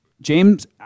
James